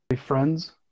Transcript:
friends